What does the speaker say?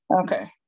Okay